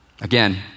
Again